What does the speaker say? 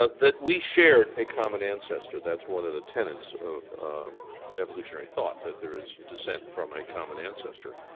ah that we shared a common ancestor. that's one of the tenants of evolutionary thought, that there is descent from a common ancestor.